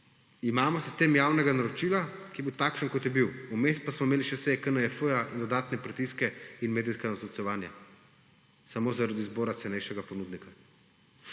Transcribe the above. imamo sistem javnega naročila, ki je bil takšen, kot je bil, vmes pa smo imeli še seje KNJF in dodatne pritiske in medijska natolcevanja samo zaradi izbora cenejšega ponudnika.